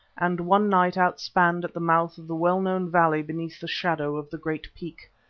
and one night outspanned at the mouth of the well-known valley beneath the shadow of the great peak.